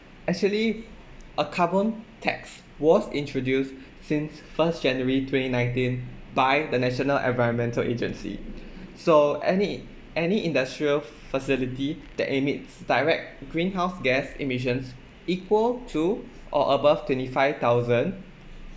actually a carbon tax was introduced since first january twenty nineteen by the national environmental agency so any any industrial facility that emit direct greenhouse gas emissions equal to or above twenty five thousand